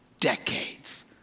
decades